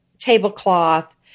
tablecloth